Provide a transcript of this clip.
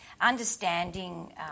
understanding